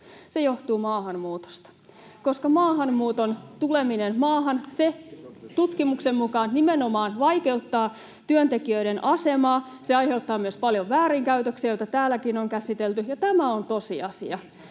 Se johtuu maahanmuutosta, koska maahanmuuton tuleminen maahan tutkimuksen mukaan nimenomaan vaikeuttaa työntekijöiden asemaa, ja se aiheuttaa myös paljon väärinkäytöksiä, joita täälläkin on käsitelty. Tämä on tosiasia.